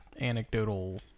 anecdotal